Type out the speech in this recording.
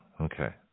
Okay